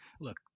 Look